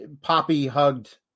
poppy-hugged